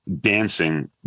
dancing